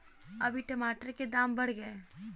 अभी टमाटर के दाम बढ़ गए